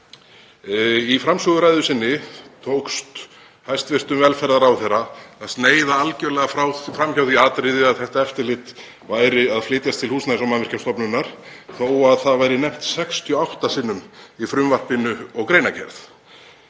Í framsöguræðu sinni tókst hæstv. velferðarráðherra að sneiða algerlega fram hjá því atriði að þetta eftirlit væri að flytjast til Húsnæðis- og mannvirkjastofnunar þó að það væri nefnt 68 sinnum í frumvarpinu og greinargerð.